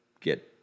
get